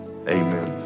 amen